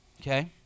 okay